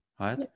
right